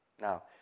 Now